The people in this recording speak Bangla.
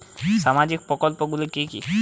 সামাজিক প্রকল্পগুলি কি কি?